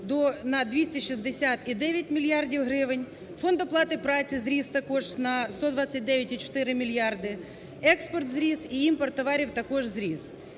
на 260,9 мільярдів гривень, фонд оплати праці зріс також на 129,4 мільярди, експорт зріс і імпорт товарів також зріс.